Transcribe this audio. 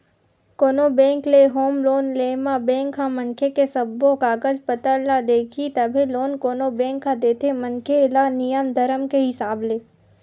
कोनो बेंक ले home loan ले म बेंक ह मनखे के सब्बो कागज पतर ल देखही तभे लोन कोनो बेंक ह देथे मनखे ल नियम धरम के हिसाब ले